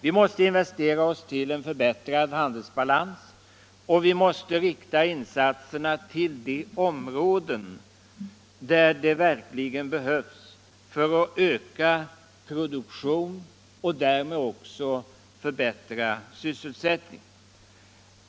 Vi måste investera oss till en förbättrad handelsbalans, och vi måste rikta insatserna till de områden där de verkligen behövs för att öka produktionen och därmed också förbättra sysselsättningen.